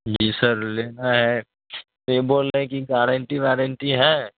جی sir لینا ہے تو یہ بول رہے ہیں کہ گارنٹی وارنٹی ہے